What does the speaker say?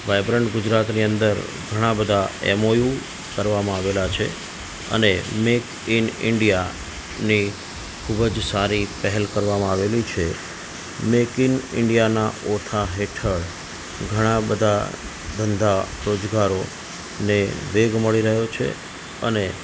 vibrant ગુજરાતની અંદર ઘણાબધા એમોયુ કરવામાં આવેલા છે અને મેક ઇન ઈન્ડિયાની ખૂબ જ સારી પહેલ કરવામાં આવેલી છે મેક ઇન ઇન્ડિયાના ઓથા હેઠળ ઘણાબધા ધંધા રોજગારોને વેગ મળી રહ્યો છે અને